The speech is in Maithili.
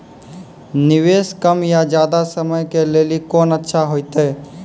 निवेश कम या ज्यादा समय के लेली कोंन अच्छा होइतै?